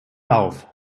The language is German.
auf